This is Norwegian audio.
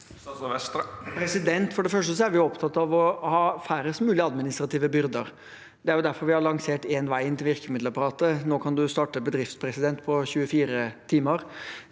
For det første er vi opptatt av å ha færrest mulig administrative byrder. Det er derfor vi har lansert Én vei inn til virkemiddelapparatet. Nå kan man starte bedrift på 24 timer.